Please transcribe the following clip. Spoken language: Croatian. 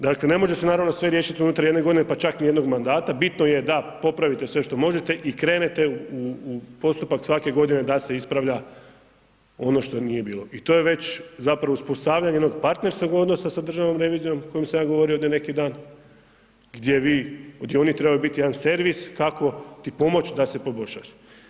Dakle ne može se naravno sve riješiti unutar jedne godine pa čak ni jednog mandata, bitno je da popravite sve što možete i krenete u postupak svake godine da se ispravlja ono što nije bilo i to je već zapravo uspostavljanje jednog partnerskog odnosa sa Državnom revizijom o kojoj sam ja govorio do neki dan, gdje oni trebaju biti jedan servis kako ti pomoć da se poboljšaš.